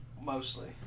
Mostly